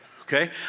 Okay